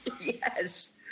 Yes